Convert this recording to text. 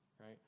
right